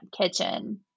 kitchen